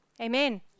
Amen